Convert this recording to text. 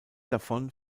davon